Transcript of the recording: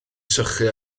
sychu